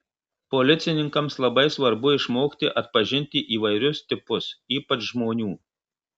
policininkams labai svarbu išmokti atpažinti įvairius tipus ypač žmonių